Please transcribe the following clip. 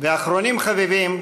ואחרונים חביבים,